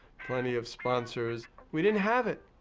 plenty of sponsors. we didn't have it.